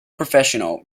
professional